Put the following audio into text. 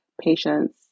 patients